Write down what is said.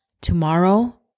tomorrow